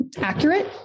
accurate